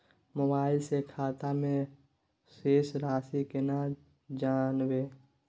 Mobile से खाता में शेस राशि केना जानबे?